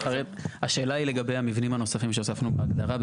השאלה היא בעצם לגבי המבנים הנוספים שהוספנו בהגדרה,